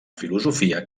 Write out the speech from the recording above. filosofia